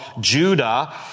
Judah